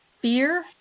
Fear